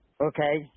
Okay